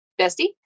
bestie